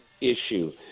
issue